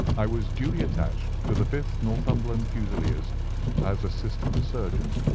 i was duly attached to the fifth northumberland fusiliers as assistant surgeon.